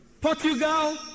Portugal